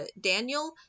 Daniel